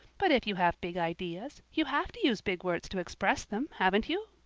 but if you have big ideas you have to use big words to express them, haven't you?